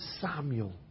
Samuel